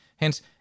Hence